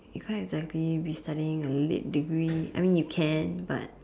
you can't exactly be studying a lit degree I mean you can but